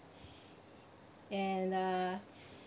and uh